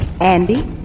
Andy